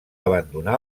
abandonar